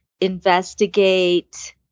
investigate